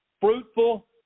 fruitful